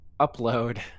upload